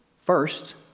first